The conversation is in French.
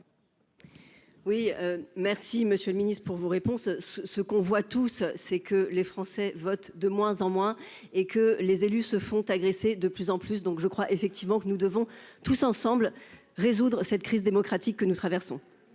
Oui, merci Monsieur le Ministre pour vos réponses ce, ce qu'on voit tous c'est que les Français votent de moins en moins et que les élus se font agresser de plus en plus, donc je crois effectivement que nous devons tous ensemble résoudre cette crise démocratique que nous traversons.